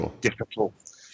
difficult